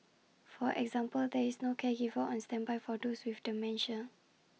for example there is no caregiver on standby for those with dementia